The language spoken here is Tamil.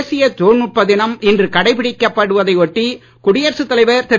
தேசிய தொழில்நுட்ப தினம் இன்று கடைபிடிக்கப்படுவதை ஒட்டி குடியரசு தலைவர் திரு